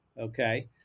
Okay